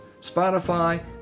Spotify